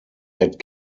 had